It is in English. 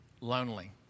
lonely